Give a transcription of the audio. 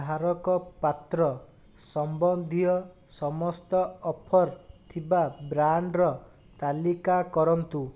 ଧାରକପାତ୍ର ସମ୍ବନ୍ଧୀୟ ସମସ୍ତ ଅଫର୍ ଥିବା ବ୍ରାଣ୍ଡ୍ର ତାଲିକା କରନ୍ତୁ